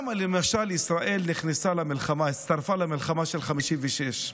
למשל, למה ישראל הצטרפה למלחמה של 1956?